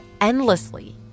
endlessly